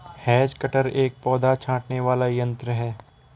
has cutter एक पौधा छाँटने वाला यन्त्र है